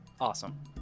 awesome